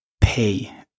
pay